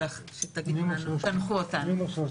תנחו אותנו.